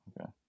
Okay